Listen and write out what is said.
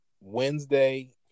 Wednesday